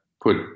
put